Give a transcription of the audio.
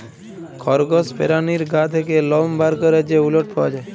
খরগস পেরানীর গা থ্যাকে লম বার ক্যরে যে উলট পাওয়া যায়